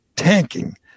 tanking